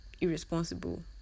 irresponsible